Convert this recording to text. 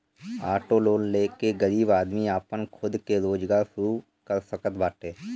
auto loan ले के गरीब आदमी आपन खुद के रोजगार शुरू कर सकत बाटे